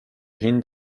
hind